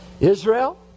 Israel